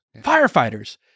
Firefighters